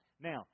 Now